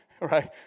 right